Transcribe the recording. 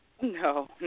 No